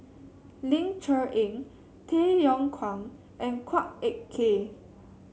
Ling Cher Eng Tay Yong Kwang and Chua Ek Kay